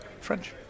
French